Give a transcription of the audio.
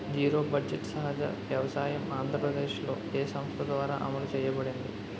Zero budget సహజ వ్యవసాయం ఆంధ్రప్రదేశ్లో, ఏ సంస్థ ద్వారా అమలు చేయబడింది?